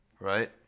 right